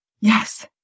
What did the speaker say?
Yes